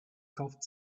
kauft